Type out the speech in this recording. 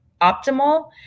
optimal